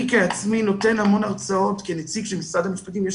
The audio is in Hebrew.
אני בעצמי נותן המון הרצאות כנציג של משרד המשפטים ויש